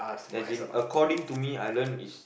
as in according to me I learn is